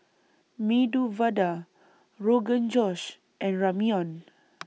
Medu Vada Rogan Josh and Ramyeon